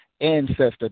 ancestor